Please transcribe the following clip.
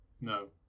No